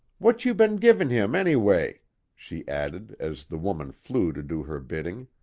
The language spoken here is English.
what you been givin' him, anyway? she added, as the woman flew to do her bidding.